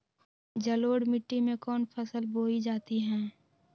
जलोढ़ मिट्टी में कौन फसल बोई जाती हैं?